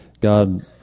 God